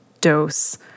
dose